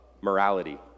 morality